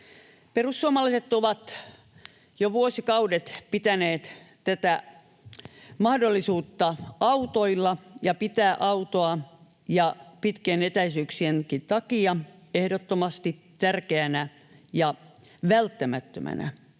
Perussuomalaiset ovat jo vuosikaudet pitäneet tätä mahdollisuutta autoilla ja pitää autoa pitkien etäisyyksienkin takia ehdottomasti tärkeänä ja välttämättömänä,